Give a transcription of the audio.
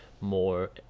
more